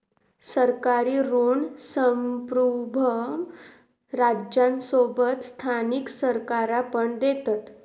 सरकारी ऋण संप्रुभ राज्यांसोबत स्थानिक सरकारा पण देतत